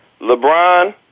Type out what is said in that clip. LeBron